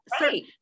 right